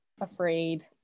afraid